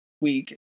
week